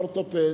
אורתופד,